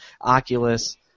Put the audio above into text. Oculus